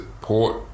Port